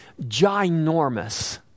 ginormous